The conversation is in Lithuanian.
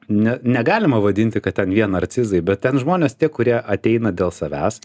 ne negalima vadinti kad ten vien narcizai bet ten žmonės tie kurie ateina dėl savęs